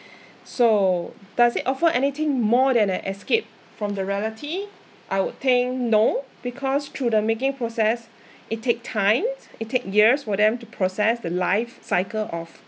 so does it offer anything more than an escape from the reality I would think no because through the making process it take times it take years for them to process the life cycle of